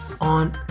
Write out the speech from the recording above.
On